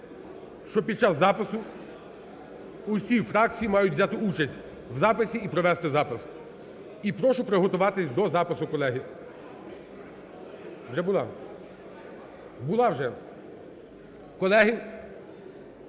що під час запису усі фракції мають взяти участь в записі і провести запис. І прошу приготуватися до запису, колеги. (Шум у залі) Вже була. Була вже. Колеги,